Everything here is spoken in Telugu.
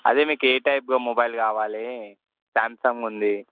అదే మీకు ఏ టైప్ మొబైల్ కావాలి శాంసంగ్ ఉంది